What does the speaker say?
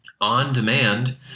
On-demand